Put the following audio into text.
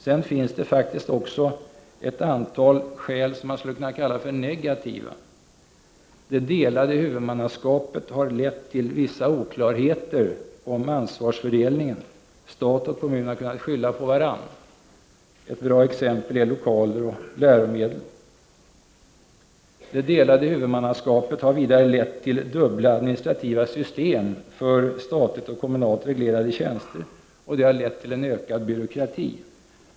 Det finns faktiskt också ett antal skäl som man skulle kunna kalla för negativa. Det delade huvudmannaskapet har lett till vissa oklarheter i ansvarsfördelningen. Stat och kommun har kunnat skylla på varandra. Ett bra exempel är lokaler och läromedel. Det delade huvudmannaskapet har vidare lett till dubbla administrativa system för statligt och kommunalt reglerade tjänster. Det har lett till en ökad byråkrati.